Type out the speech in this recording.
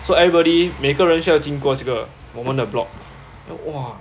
so everybody 每个人需要经过这个我们的 block then !wah!